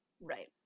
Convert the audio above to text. right